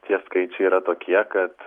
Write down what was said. tie skaičiai yra tokie kad